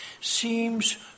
seems